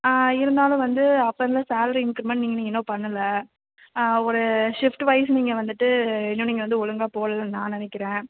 இருந்தாலும் வந்து அப்போ இருந்து சேலரி இன்க்ரிமண்ட் நீங்கள் நீங்கள் இன்னும் பண்ணலை ஒரு ஷிஃப்ட்டு வைஸ் நீங்கள் வந்துவிட்டு இன்னும் நீங்கள் வந்து ஒழுங்காக போடலன்னு நான் நெனைக்கிறேன்